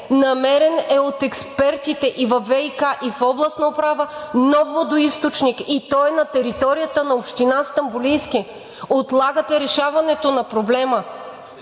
Намерен е от експертите – и във ВиК, и в Областна управа, нов водоизточник и той е на територията на община Стамболийски. Отлагате решаването на проблема.